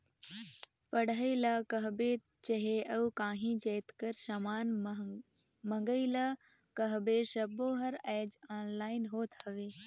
पढ़ई ल कहबे चहे अउ काहीं जाएत कर समान मंगई ल कहबे सब्बों हर आएज ऑनलाईन होत हवें